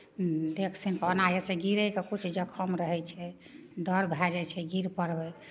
देख सुनि कऽ ओना एहिसँ गिरयके किछु जोखिम रहै छै डर भए जाइ छै गिर पड़बै